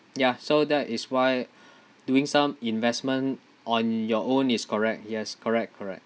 ya so that is why doing some investment on your own is correct yes correct correct